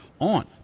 on